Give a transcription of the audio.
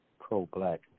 pro-black